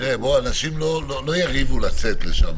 אבל --- אנשים לא יריבו לצאת לשם,